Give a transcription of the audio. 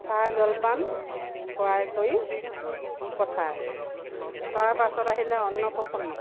চাহ জলপান খোৱাই কৰি পঠায় তাৰ পাছত আহিলে অন্নপ্ৰশন্ন